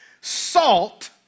Salt